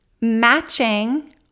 matching